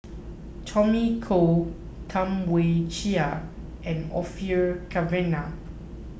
Tommy Koh Tam Wai Jia and Orfeur Cavenagh